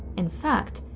in fact,